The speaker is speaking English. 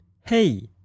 hey